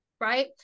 Right